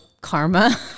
karma